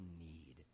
need